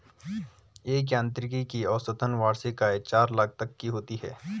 एक यांत्रिकी की औसतन वार्षिक आय चार लाख तक की होती है